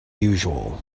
usual